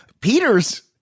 Peter's